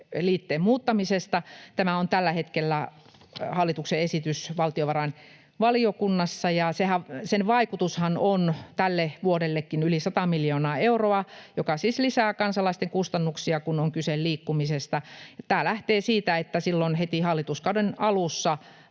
liitteen muuttamisesta. Tämä hallituksen esitys on tällä hetkellä valtiovarainvaliokunnassa, ja sen vaikutushan on tälle vuodellekin yli 100 miljoonaa euroa, joka siis lisää kansalaisten kustannuksia, kun on kyse liikkumisesta. Tämä lähtee siitä, että silloin heti hallituskauden alussa